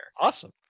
Awesome